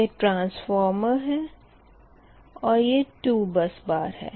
यह ट्रांसफॉर्मर है और ये टू बस बार है